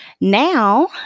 now